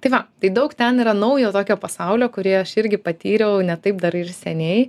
tai va tai daug ten yra naujo tokio pasaulio kurį aš irgi patyriau ne taip dar ir seniai